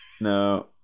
no